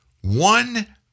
one